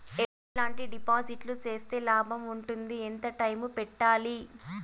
ఎట్లాంటి డిపాజిట్లు సేస్తే లాభం ఉంటుంది? ఎంత టైము పెట్టాలి?